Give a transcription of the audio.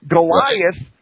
Goliath